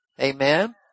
Amen